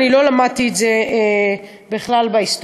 אני לא למדתי את זה בכלל בהיסטוריה,